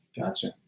Gotcha